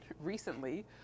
recently